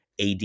AD